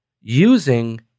using